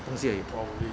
东西而已